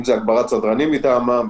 אם זה הגברת סדרנים מטעמם,